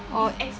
oh